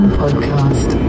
podcast